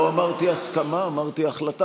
זו חיה מאוד חמודה.